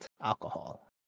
alcohol